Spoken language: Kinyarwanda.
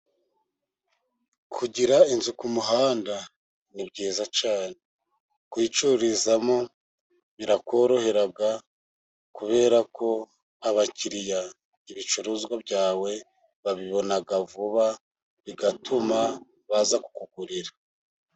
Kugira inzu ku muhanda, ni byiza cyane, kuyicururizamo birakorohera, kubera ko abakiriya, ibicuruzwa byawe babibona vuba, bigatuma baza kukugurira.